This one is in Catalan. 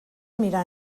mirar